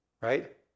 right